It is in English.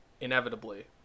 inevitably